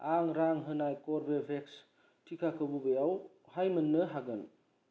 आं रां होनाय कवभेक्स टिकाखौ बबेयावहाय मोन्नो हागोन